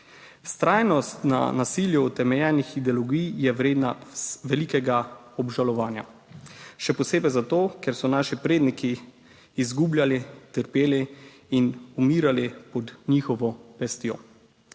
Vztrajnost na nasilju utemeljenih ideologij je vredna velikega obžalovanja, še posebej zato, ker so naši predniki izgubljali, trpeli in umirali pod njihovo pestjo.